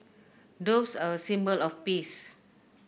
doves are a symbol of peace